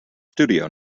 studio